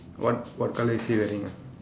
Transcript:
what what colour is he wearing ah